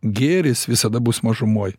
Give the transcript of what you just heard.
gėris visada bus mažumoj